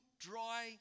dry